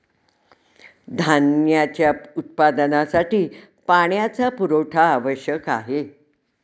धान्याच्या उत्पादनासाठी पाण्याचा पुरवठा आवश्यक आहे